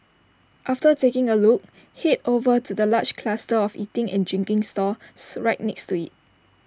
after taking A look Head over to the large cluster of eating and drinking stalls right next to IT